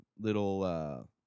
little